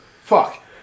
fuck